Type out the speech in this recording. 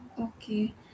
okay